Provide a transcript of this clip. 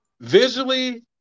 Visually